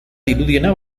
dirudiena